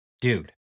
dude